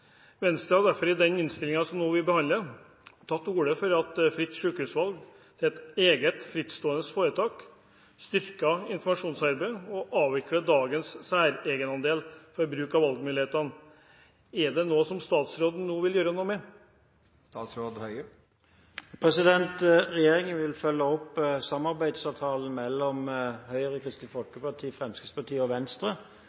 Venstre har derfor i den innstillingen vi nå behandler, tatt til orde for å gjøre Fritt sykehusvalg til et eget frittstående foretak, styrke informasjonsarbeidet og avvikle dagens særegenandel for å bruke valgmuligheten. Er dette noe som statsråden nå vil gjøre noe med? Regjeringen vil følge opp samarbeidsavtalen mellom Høyre, Kristelig